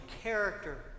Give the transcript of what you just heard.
character